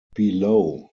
below